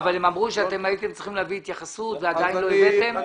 אבל הם אמרו שאתם הייתם צריכים להביא התייחסות ועדיין לא הבאתם.